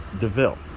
DeVille